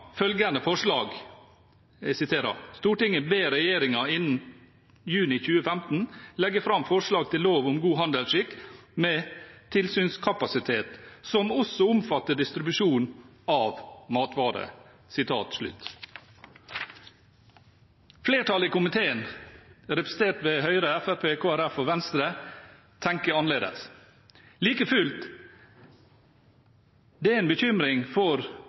følgende forslag: «Stortinget ber regjeringen innen juni 2015 legge fram forslag til lov om god handelsskikk med tilsynskapasitet, som også omfatter distribusjonen av matvarer.» Flertallet i komiteen, representert ved Høyre, Fremskrittspartiet, Kristelig Folkeparti og Venstre, tenker annerledes. Like fullt er det en bekymring for